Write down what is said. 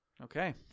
Okay